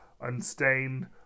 unstained